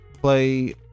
play